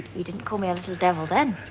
you didn't call me a little devil then.